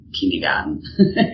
kindergarten